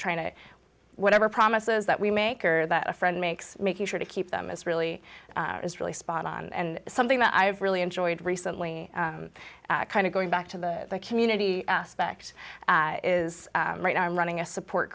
trying to whatever promises that we make or that a friend makes making sure to keep them is really is really spot on and something that i've really enjoyed recently kind of going back to the community aspect is right now i'm running a support